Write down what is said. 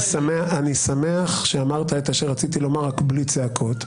אני שמח שאמרת את אשר רציתי לומר, רק בלי צעקות.